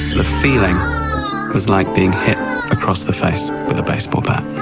the feeling was like being hit across the face with a baseball bat.